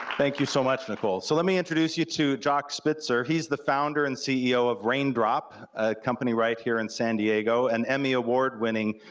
thank you so much, nicole. so let me introduce you to jacques spitzer, he's the founder and ceo of raindrop, a company right here in san diego, an emmy award winning,